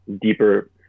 deeper